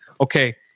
Okay